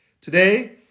Today